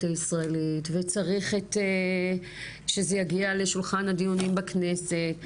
הישראלית וצריך שזה יגיע לשולחן הדיונים בכנסת.